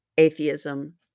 atheism